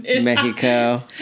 Mexico